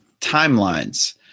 timelines